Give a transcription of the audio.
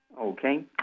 Okay